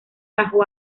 bajo